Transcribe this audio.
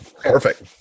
Perfect